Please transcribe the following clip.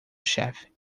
chefe